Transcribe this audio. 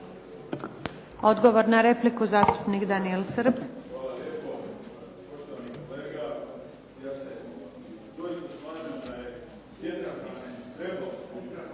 Odgovor na repliku, zastupnik Daniel Srb.